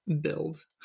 build